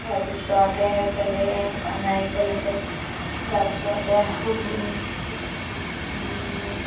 তাৰ পিছতে এইফালে নাৰিকল আছে তাৰ পিছতে